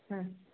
ಹ್ಞೂ